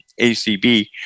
ACB